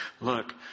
Look